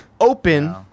open